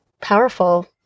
powerful